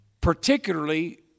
Particularly